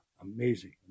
Amazing